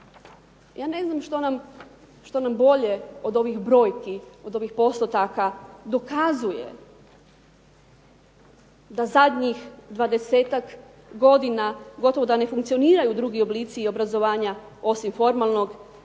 Ja ne znam što nam bolje od ovih brojki, od ovih postotaka dokazuje da zadnjih dvadesetak godina gotovo da ne funkcioniraju drugi oblici obrazovanja osim formalnog